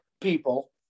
people